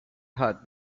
hot